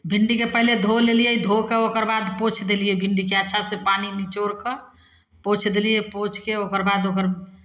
भिंडीके पहिले धोऽ लेलियै धो कऽ ओकर बाद पोछि देलियै भिंडीकेँ अच्छासँ पानि निचोड़ि कऽ पोछि देलियै पोछि कऽ ओकर बाद ओकर